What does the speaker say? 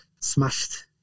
smashed